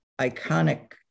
iconic